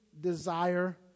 desire